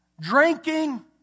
drinking